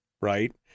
right